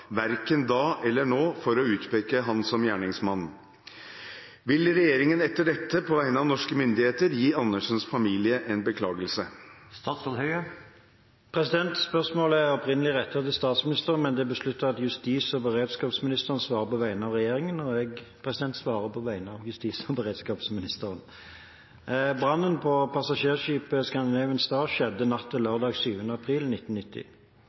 verken da eller nå for å utpeke han som gjerningsmann». Vil regjeringen etter dette gi Andersens familie en beklagelse?» Spørsmålet er opprinnelig rettet til statsministeren, men det er besluttet at justis- og beredskapsministeren svarer på vegne av regjeringen, og jeg svarer på vegne av justis- og beredskapsministeren. Brannen på passasjerskipet Scandinavian Star skjedde natt til lørdag den 7. april 1990.